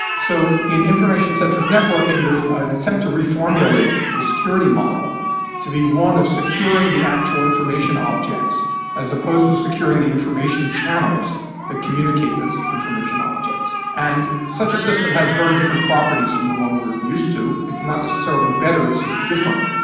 so in information centric networking there's an attempt to reformulate the security model to be one of securing the actual information objects as opposed to securing the information channels that communicate those information objects. and such a system has very different properties from the one we are used to. it's not necessarily better, it's just different.